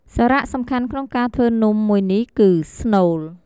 សារៈសំខាន់ក្នុងការធ្វើនំមួយនេះគឺ ស្នូល។